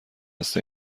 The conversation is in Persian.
دست